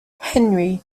henry